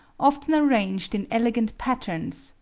often arranged in elegant patterns,